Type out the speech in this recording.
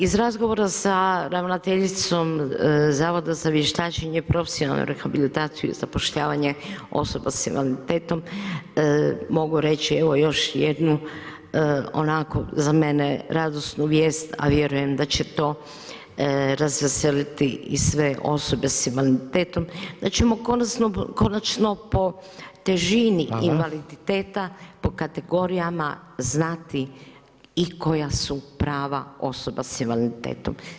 Iz razgovora sa ravnateljicom Zavoda za vještačenje i profesionalnu rehabilitaciju i zapošljavanje osoba s invaliditetom mogu reći još jednu onako za mene radosnu vijest, a vjerujem da će to razveseliti i sve osobe s invaliditetom da ćemo konačno po težini invaliditeta, po kategorijama znati i koja su prava osoba s invaliditetom.